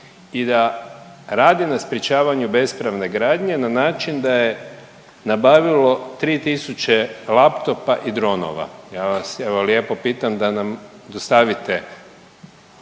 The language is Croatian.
i da radi na sprječavanju bespravne gradnje na način da je nabavilo 3 tisuće laptopa i dronova. Ja vas evo lijepo pitam da nam dostavite